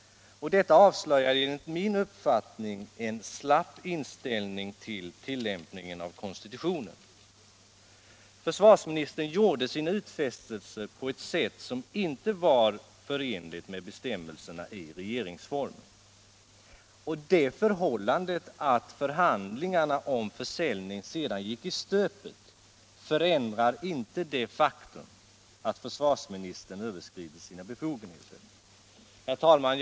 Detta avslöjar enligt min uppfattning en slapp inställning till tillämpningen av konstitutionen. Försvarsministern gjorde sina utfästelser på ett sätt som inte var förenligt med bestämmelserna i regeringsformen. Det förhållandet att förhandlingarna om försäljning sedan gick i stöpet förändrar inte det faktum att försvarsministern överskridit sina befogenheter. Herr talman!